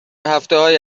هفتههای